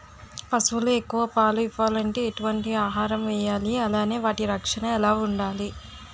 పశువులు ఎక్కువ పాలు ఇవ్వాలంటే ఎటు వంటి ఆహారం వేయాలి అలానే వాటి రక్షణ ఎలా వుండాలి?